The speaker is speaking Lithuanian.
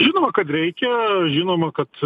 žinoma kad reikia žinoma kad